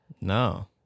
No